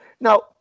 Now